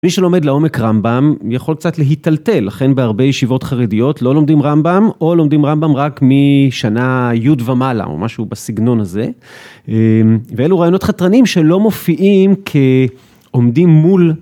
מי שלומד לעומק רמב״ם יכול קצת להיטלטל, לכן בהרבה ישיבות חרדיות לא לומדים רמב״ם, או לומדים רמב״ם רק משנה י' ומעלה, או משהו בסגנון הזה. ואלו רעיונות חתרניים שלא מופיעים כעומדים מול.